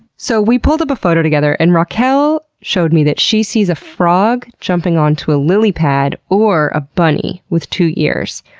so we pulled up a photo together and raquel showed me that she sees a frog jumping onto a lily pad, or a bunny with two ears.